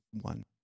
one